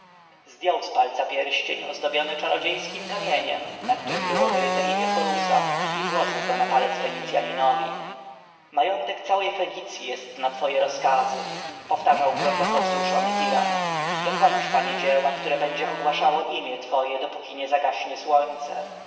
palca pierścień ozdobiony czarodziejskim kamieniem na którym było wyryte imię horusa i włożył go na palec fenicjaninowi majątek całej fenicji jest na twoje rozkazy powtarzał głęboko wzruszony hiram dokonasz panie dzieła które będzie ogłaszało imię twoje dopóki nie zagaśnie słońce